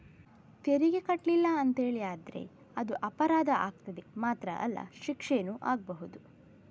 ತೆರಿಗೆ ಕಟ್ಲಿಲ್ಲ ಅಂತೇಳಿ ಆದ್ರೆ ಅದು ಅಪರಾಧ ಆಗ್ತದೆ ಮಾತ್ರ ಅಲ್ಲ ಶಿಕ್ಷೆನೂ ಆಗ್ಬಹುದು